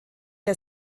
der